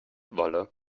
wolle